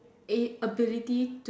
eight ability to